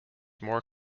more